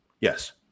Yes